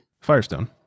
Firestone